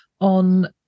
on